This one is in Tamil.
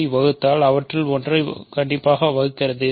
யைப் வகுத்தால் அவற்றில் ஒன்றைப் வகுக்கிறது